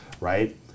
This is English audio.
right